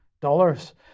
dollars